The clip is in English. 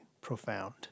profound